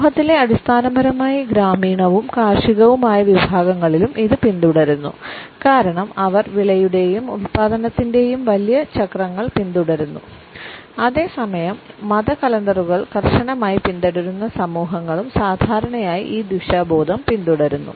സമൂഹത്തിലെ അടിസ്ഥാനപരമായി ഗ്രാമീണവും കാർഷികവുമായ വിഭാഗങ്ങളിലും ഇത് പിന്തുടരുന്നു കാരണം അവർ വിളയുടെയും ഉൽപാദനത്തിന്റെയും വലിയ ചക്രങ്ങൾ പിന്തുടരുന്നു അതേസമയം മത കലണ്ടറുകൾ കർശനമായി പിന്തുടരുന്ന സമൂഹങ്ങളും സാധാരണയായി ഈ ദിശാബോധം പിന്തുടരുന്നു